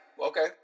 Okay